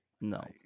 no